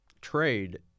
trade